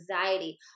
anxiety